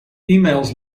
emails